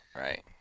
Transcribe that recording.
right